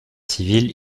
civile